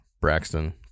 Braxton